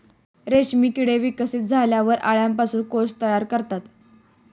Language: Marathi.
रेशीम किडे विकसित झाल्यावर अळ्यांपासून कोश तयार करतात